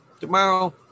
tomorrow